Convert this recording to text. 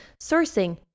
sourcing